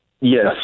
Yes